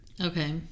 okay